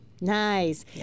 Nice